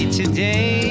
today